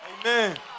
Amen